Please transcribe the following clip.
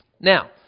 Now